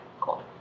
Cool